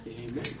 Amen